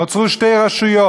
נוצרו שתי רשויות: